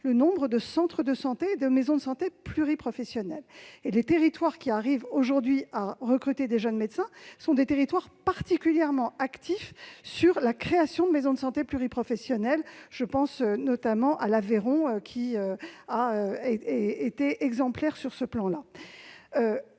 le nombre de centres de santé et de maisons de santé pluriprofessionnelles. Les territoires parvenant à recruter des jeunes médecins sont ceux qui se montrent particulièrement actifs en termes de création de maisons de santé pluriprofessionnelles- je pense notamment à l'Aveyron, exemplaire sur ce plan.